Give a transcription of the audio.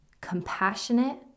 compassionate